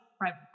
private